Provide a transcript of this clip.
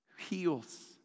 heals